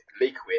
liquid